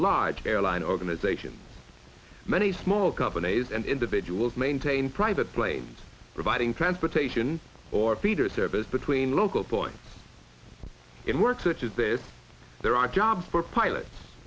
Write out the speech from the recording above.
large airline organizations many small companies and individuals maintain private planes providing transportation or feeder service between local points in work such as this there are jobs for pilots